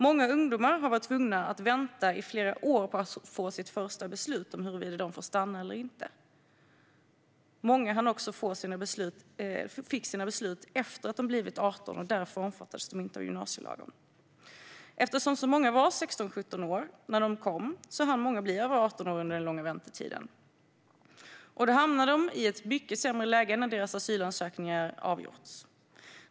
Många ungdomar har varit tvungna att vänta i flera år på att få sitt första beslut om huruvida de får stanna eller inte. Många fick också sina beslut efter att de blivit 18 och därför inte omfattades av gymnasielagen. Eftersom så många var 16-17 år när de kom hann många bli över 18 år under den långa väntetiden, och då hamnade de i ett mycket sämre läge när deras asylansökningar avgjordes.